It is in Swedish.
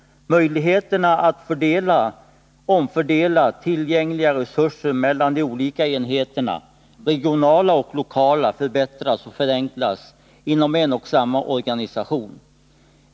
Möjligheterna att fördela/omfördela tillgängliga resurser mellan de olika enheterna förbättras och förenklas inom en och samma organisation .